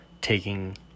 taking